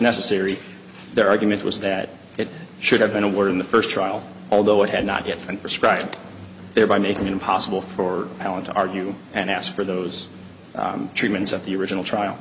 necessary their argument was that it should have been awarded in the first trial although it had not yet and prescribed thereby making it impossible for alan to argue and ask for those treatments at the original